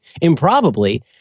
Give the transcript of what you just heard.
improbably